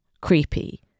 creepy